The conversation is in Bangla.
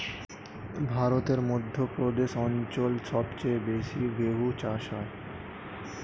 ভারতের মধ্য প্রদেশ অঞ্চল সবচেয়ে বেশি গেহু চাষ হয়